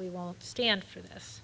we won't stand for this